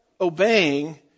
obeying